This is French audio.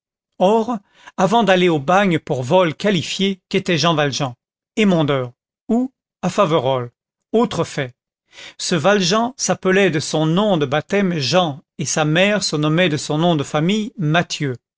or avant d'aller au bagne pour vol qualifié qu'était jean valjean émondeur où à faverolles autre fait ce valjean s'appelait de son nom de baptême jean et sa mère se nommait de son nom de famille mathieu